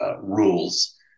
rules